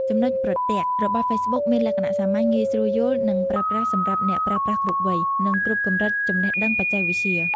ចំណុចប្រទាក់ របស់ហ្វេសប៊ុកមានលក្ខណៈសាមញ្ញ ងាយស្រួលយល់ និងប្រើប្រាស់សម្រាប់អ្នកប្រើប្រាស់គ្រប់វ័យ និងគ្រប់កម្រិតចំណេះដឹងបច្ចេកវិទ្យា។